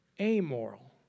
amoral